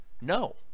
No